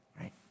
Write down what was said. right